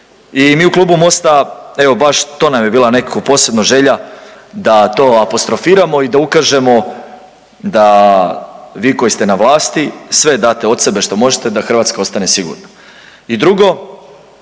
I mi u klubu MOST-a evo baš to nam je bila nekako posebno želja da to apostrofiramo i da ukažemo da vi koji ste na vlati sve date od sebe što možete da Hrvatska ostane sigurna. I drugo,